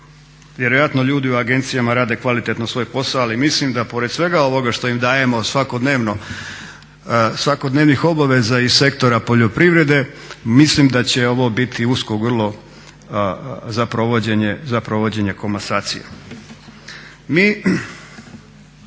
vjerojatno ljudi u agencijama rade kvalitetno svoj posao. Ali mislim da pored svega ovoga što im dajemo svakodnevno, svakodnevnih obaveza iz sektora poljoprivrede mislim da će ovo biti usko grlo za provođenje komasacija.